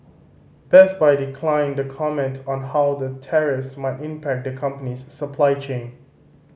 Best Buy declined to comment on how the tariffs might impact the company's supply chain